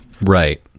right